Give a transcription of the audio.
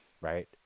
right